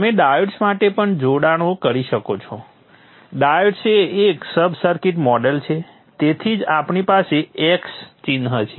તમે ડાયોડ્સ માટે પણ જોડાણ કરી શકો છો ડાયોડ્સ એ એક સબ સર્કિટ મોડેલ છે તેથી જ આપણી પાસે x ચિહ્ન છે